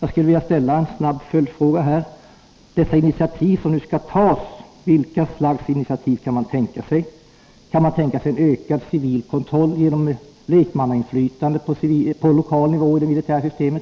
Jag skulle vilja ställa en följdfråga. Försvarsministern talar om initiativ som skall tas. Vilka slags initiativ kan man tänka sig? Kan försvarsministern t.ex. överväga en ökad civil kontroll genom lekmannainflytande på lokal nivå i det militära systemet?